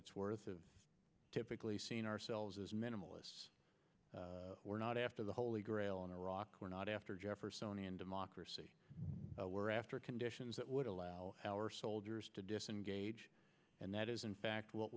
it's worth typically seen ourselves as minimalists we're not after the holy grail in iraq we're not after jeffersonian democracy we're after conditions that would allow our soldiers to disengage and that is in fact what